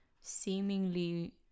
Seemingly